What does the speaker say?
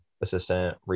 assistant